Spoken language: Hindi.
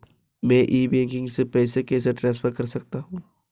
मैं ई बैंकिंग से पैसे कैसे ट्रांसफर कर सकता हूं?